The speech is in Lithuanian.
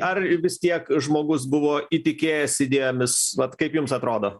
ar vis tiek žmogus buvo įtikėjęs idėjomis vat kaip jums atrodo